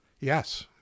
Yes